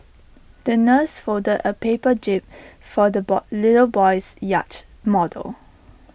the nurse folded A paper jib for the boy little boy's yacht model